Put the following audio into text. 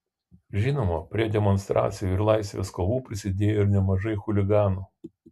žinoma prie demonstracijų ir laisvės kovų prisidėjo ir nemažai chuliganų